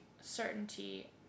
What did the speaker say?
certainty